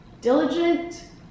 Diligent